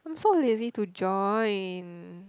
I'm so lazy to join